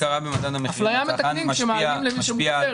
אפליה מתקנים כשמעלים למי שנופל,